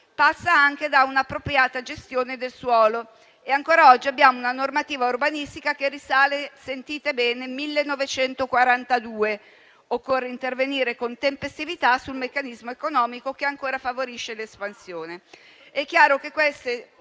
passa anche da un'appropriata gestione del suolo; ancora oggi abbiamo una normativa urbanistica che risale - sentite bene - al 1942. Occorre intervenire con tempestività sul meccanismo economico, che ancora favorisce l'espansione.